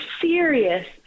serious